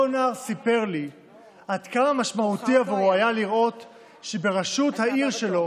אותו נער סיפר לי עד כמה היה משמעותי עבורו לראות שבראשות העיר שלו